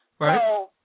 Right